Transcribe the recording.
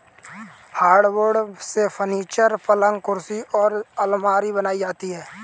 hardwood से furniture, पलंग कुर्सी और आलमारी बनाई जाती है